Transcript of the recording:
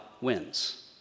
wins